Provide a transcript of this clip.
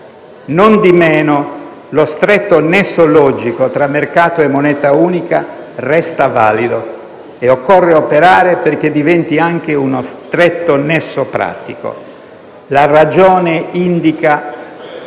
Nondimeno, lo stretto nesso logico tra mercato e moneta unica resta valido e occorre operare perché diventi anche uno stretto nesso pratico. La ragione indica